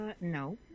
no